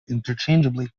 interchangeably